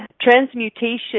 transmutation